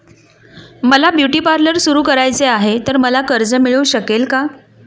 मला beauty parlour सुरू करायचे आहे तर मला कर्ज मिळू शकेल का?